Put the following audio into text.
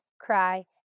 cry